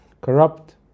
corrupt